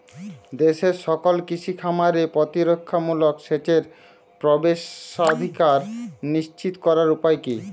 দেশের সকল কৃষি খামারে প্রতিরক্ষামূলক সেচের প্রবেশাধিকার নিশ্চিত করার উপায় কি?